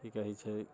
की कहै छै